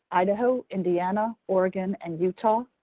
idaho, indiana, oregon, and utah.